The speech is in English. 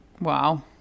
Wow